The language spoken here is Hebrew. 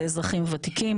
אזרחים ותיקים,